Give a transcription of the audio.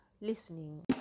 listening